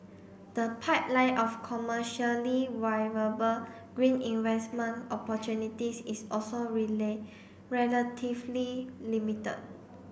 the pipeline of commercially viable green investment opportunities is also relatively limited